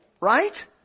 right